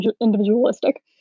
individualistic